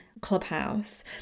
Clubhouse